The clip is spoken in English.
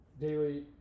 daily